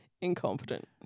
incompetent